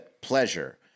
pleasure